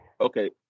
Okay